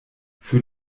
für